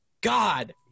God